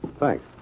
Thanks